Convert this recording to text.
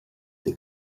the